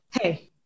Hey